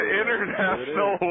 international